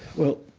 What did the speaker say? well,